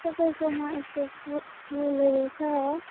तपाईँकोमा यसो फु फुलहरू छ हो